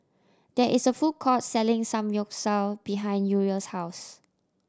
there is a food court selling Samgyeopsal behind Uriel's house